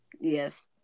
yes